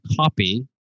copy